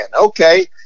Okay